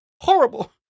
Horrible